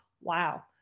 Wow